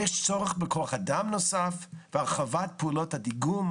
יש צורך בכוח אדם נוסף והרחבת פעולות הדיגום,